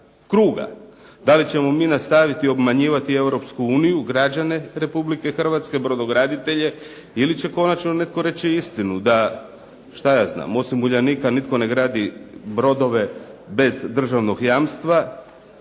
kruga. Da li ćemo mi nastaviti obmanjivati Europsku uniju, građane Republike Hrvatske, brodograditelje ili će konačno netko reći istinu da, šta ja znam osim "Uljanika" nitko ne gradi brodove bez državnog jamstva,